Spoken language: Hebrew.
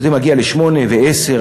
זה מגיע לשמונה ועשר.